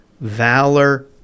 Valor